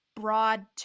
broad